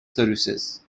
services